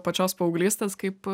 pačios paauglystės kaip